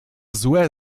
złe